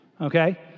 okay